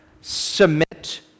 Submit